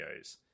videos